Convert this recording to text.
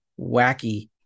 wacky